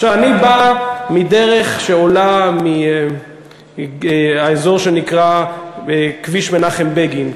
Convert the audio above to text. אני בא מדרך שעולה מהאזור שנקרא כביש מנחם בגין,